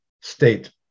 state